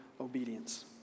obedience